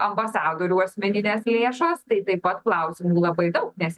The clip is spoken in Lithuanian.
ambasadorių asmenines lėšas tai taip pat klausimų labai daug nes